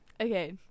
Okay